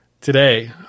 today